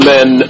Men